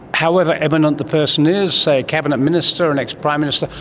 however eminent the person is, say a cabinet minister, an ex-prime minister,